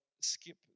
skip